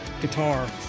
guitar